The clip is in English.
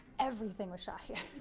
everything was shot here.